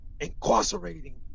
incarcerating